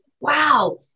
wow